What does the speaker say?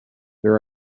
there